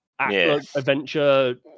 adventure